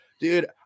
dude